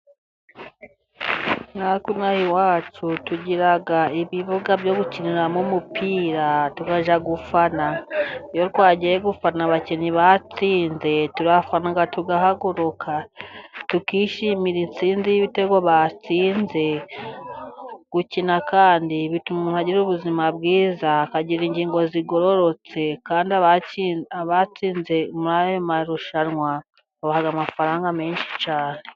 Natwe inaha iwacu tugira ibibuga byo gukiniramo umupira, tukajya gufana, iyo twagiye gufana abakinnyi batsinze, turafana tugahaguruka, tukishimira insinzi y'ibitego batsinze, gukina kandi bituma umuntu agira ubuzima bwiza, akagira ingingo zigororotse kandi abatsinze muri ayo marushanwa babaha amafaranga menshi cyane.